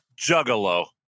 Juggalo